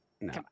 no